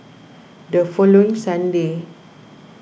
the following Sunday